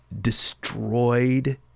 destroyed